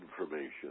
information